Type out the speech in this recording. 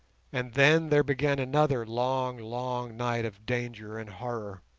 and then there began another long, long night of danger and horror.